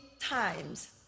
times